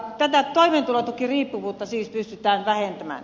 tätä toimeentulotukiriippuvuutta siis pystytään vähentämään